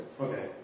Okay